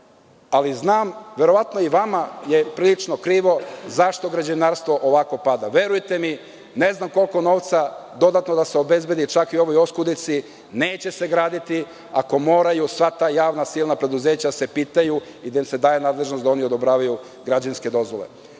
ali znam da je i vama prilično krivo zašto građevinarstvo ovako pada. Verujte mi, ne znam koliko novca dodatno da se obezbedi, čak i u ovoj oskudici, neće se graditi ako moraju sva ta javna preduzeća da se pitaju i da im se daje nadležnost da oni odobravaju građevinske dozvole. Ako